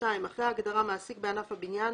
אחרי ההגדרה "מעסיק בענף הבניין